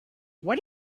what